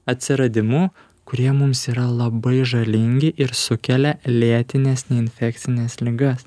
atsiradimu kurie mums yra labai žalingi ir sukelia lėtines neinfekcines ligas